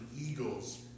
eagles